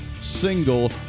single